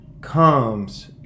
comes